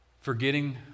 forgetting